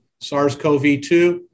SARS-CoV-2